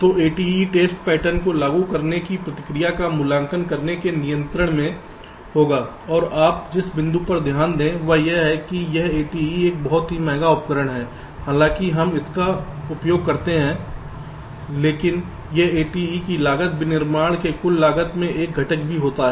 तो ATE test pattern को लागू करने और प्रतिक्रिया का मूल्यांकन करने के नियंत्रण में होगा और आप जिस बिंदु पर ध्यान दें वह यह है कि यह ATE एक बहुत ही महंगा उपकरण है हालांकि हम इसका उपयोग करते हैं लेकिन यह ATE की लागत विनिर्माण की कुल लागत में एक घटक भी होता है